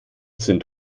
sind